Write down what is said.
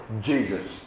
Jesus